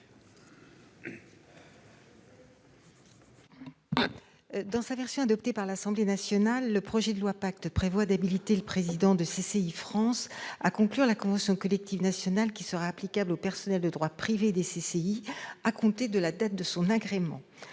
Dans sa version adoptée par l'Assemblée nationale, le projet de loi PACTE habilite le président de CCI France à conclure la convention collective nationale qui sera applicable aux personnels de droit privé des CCI à compter de la date de son agrément.